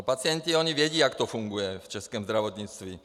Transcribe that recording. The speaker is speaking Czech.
Pacienti vědí, jak to funguje v českém zdravotnictví.